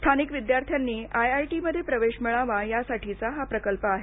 स्थानिक विद्यार्थ्यांनी आयआयटीमध्ये प्रवेश मिळावा यासाठीचा हा प्रकल्प आहे